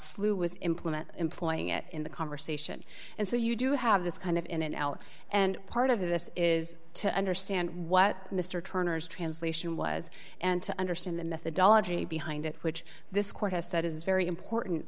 slew was implement employing it in the conversation and so you do have this kind of in and out and part of this is to understand what mr turner's translation was and to understand the methodology behind it which this court has said is very important